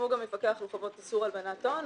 הוא גם יפקח על חובות איסור הלבנת הון,